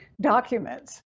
documents